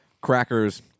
crackers